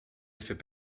effets